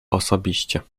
osobiście